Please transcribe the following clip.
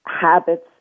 habits